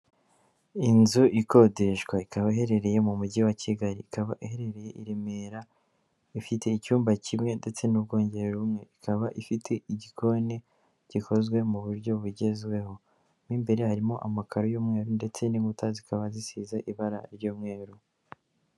Inzu ikodeshwa ikaba iherereye mu mujyi wa Kigali ikaba iherereye i Remera ifite icyumba kimwe ndetse n'ubwogero bumwe ikaba ifite igikoni gikozwe mu buryo bugezweho mu imbere harimo amakaro y'umweru ndetse n'inkuta zikaba zisize ibara ry'umweru.